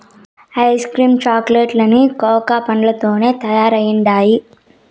ice cream chocolate లన్నీ cocoa పండ్లతోనే తయారైతండాయి